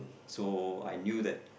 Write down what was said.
so I knew tha